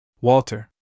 Walter